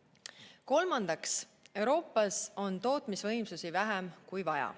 homme. Kolmandaks, Euroopas on tootmisvõimsusi vähem kui vaja.